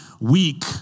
weak